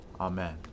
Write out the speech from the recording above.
Amen